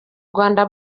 rwanda